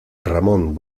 ramón